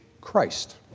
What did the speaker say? Christ